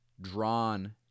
drawn